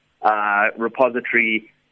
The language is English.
repository